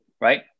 Right